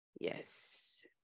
yes